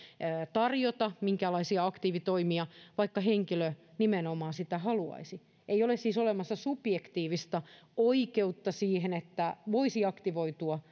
tarjota minkäänlaisia aktiivitoimia vaikka henkilö nimenomaan sitä haluaisi ei siis ole olemassa subjektiivista oikeutta siihen että voisi aktivoitua